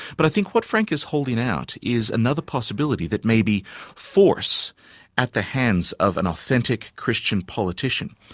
but i think what frank is holding out is another possibility that maybe force at the hands of an authentic christian politician,